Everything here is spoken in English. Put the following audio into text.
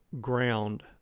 ground